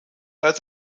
als